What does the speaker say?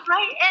Right